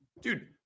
dude